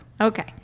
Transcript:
Okay